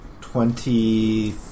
Twenty